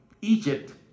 Egypt